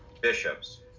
bishops